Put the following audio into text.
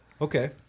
Okay